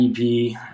EP